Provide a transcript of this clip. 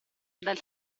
dal